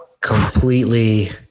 completely